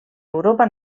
europa